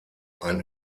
ein